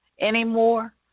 anymore